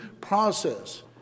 process